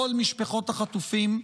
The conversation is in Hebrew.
לכל משפחות החטופים,